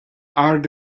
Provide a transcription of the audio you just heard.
ard